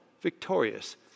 victorious